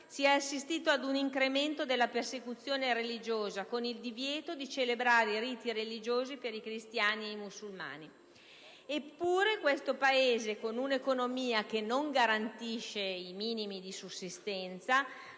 si è assistito ad un incremento della persecuzione religiosa, con il divieto di celebrare i riti religiosi per cristiani e musulmani. Eppure questo Paese, la cui economia non garantisce i minimi di sussistenza,